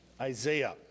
Isaiah